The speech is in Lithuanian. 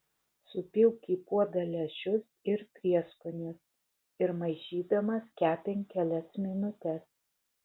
supilk į puodą lęšius ir prieskonius ir maišydamas kepink kelias minutes